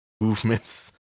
movements